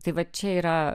tai va čia yra